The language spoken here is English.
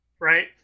right